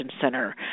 Center